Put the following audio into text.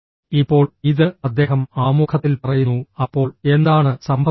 ഇപ്പോൾ ഇത് അദ്ദേഹം ആമുഖത്തിൽ പറയുന്നു അപ്പോൾ എന്താണ് സംഭവിക്കുന്നത്